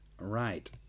Right